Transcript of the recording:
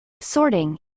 sorting